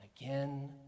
again